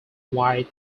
white